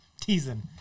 Teasing